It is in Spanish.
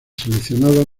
seleccionados